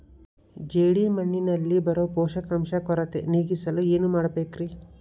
ಜೇಡಿಮಣ್ಣಿನಲ್ಲಿ ಬರೋ ಪೋಷಕಾಂಶ ಕೊರತೆ ನೇಗಿಸಲು ಏನು ಮಾಡಬೇಕರಿ?